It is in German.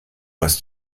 was